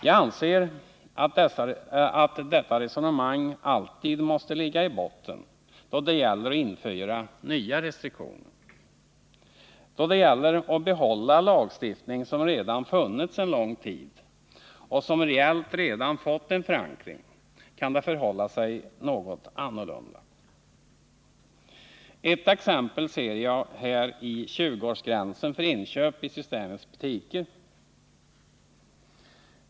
Jag anser att detta resonemang alltid måste ligga i botten då det gäller att införa nya restriktioner. Då det gäller att behålla lagstiftning som redan funnits lång tid och som reellt redan fått en förankring, kan det förhålla sig något annorlunda. Ett exempel ser jag här i tjugoårsgränsen för inköp i systembolagets butiker.